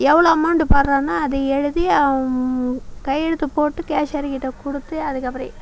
எவ்வளோ அமௌண்ட் போடுறானோ அது எழுதி அவன் கையெழுத்து போட்டு கேஷியர் கிட்டே கொடுத்து அதுக்கப்புறம்